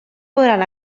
podran